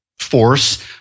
force